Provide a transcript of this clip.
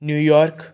New York